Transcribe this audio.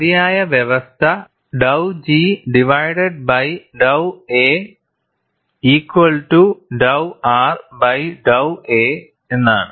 മതിയായ വ്യവസ്ഥ dow G divided by dow a equal to dow R by dow a എന്നാണ്